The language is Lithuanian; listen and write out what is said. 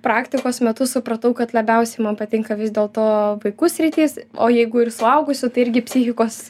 praktikos metu supratau kad labiausiai man patinka vis dėlto vaikų sritys o jeigu ir suaugusių tai irgi psichikos